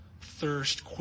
thirst